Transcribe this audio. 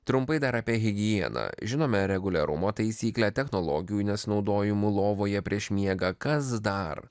trumpai dar apie higieną žinome reguliarumo taisyklę technologijų nesinaudojimu lovoje prieš miegą kas dar